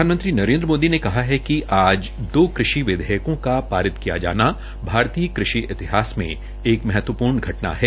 प्रधानमंत्री नरेन्द्र मोदी ने कहा है कि आज दो कृषि विधेयकों का पारित किया जाना भारतीय कृषि इतिहास में महत्वपूर्ण घटना है